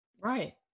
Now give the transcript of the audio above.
Right